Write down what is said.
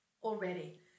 already